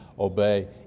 obey